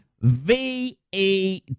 V-E